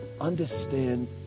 understand